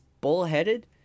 bullheaded